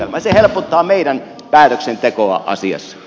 se helpottaa meidän päätöksentekoa asiassa